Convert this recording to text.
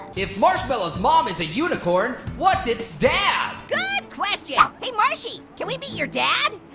if marshmallow's mom is a unicorn, what's its dad? good question. hey marshie, can we meet your dad?